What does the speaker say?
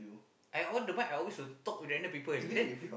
I on the mic I always would talk to random people then